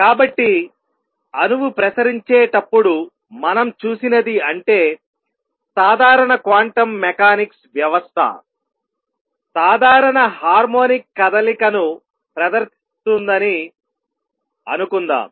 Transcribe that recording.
కాబట్టి అణువు ప్రసరించేటప్పుడు మనం చూసినది అంటే సాధారణ క్వాంటం మెకానిక్స్ వ్యవస్థసాధారణ హార్మోనిక్ కదలికను ప్రదర్శిస్తుందని అనుకుందాం